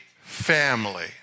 Family